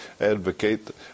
advocate